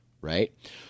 Right